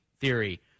theory